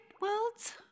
worlds